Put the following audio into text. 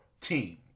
team